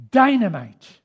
dynamite